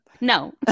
No